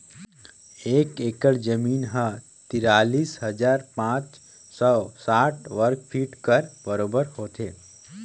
एक एकड़ जमीन ह तिरालीस हजार पाँच सव साठ वर्ग फीट कर बरोबर होथे